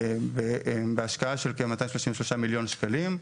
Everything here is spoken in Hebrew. בהשקעה של כ-233 מיליון שקלים.